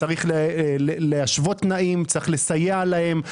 צריך להשוות תנאים, צריך לסייע להם.